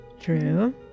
True